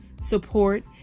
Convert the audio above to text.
support